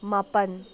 ꯃꯥꯄꯜ